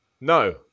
No